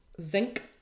zinc